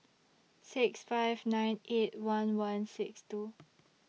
six five nine eight one one six two